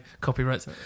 Copyrights